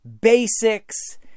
basics